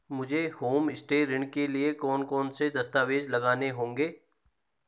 मुझे होमस्टे ऋण के लिए कौन कौनसे दस्तावेज़ लगाने होंगे?